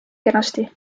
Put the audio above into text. kenasti